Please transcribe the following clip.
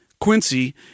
Quincy